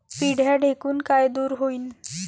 पिढ्या ढेकूण कायनं दूर होईन?